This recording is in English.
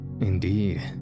Indeed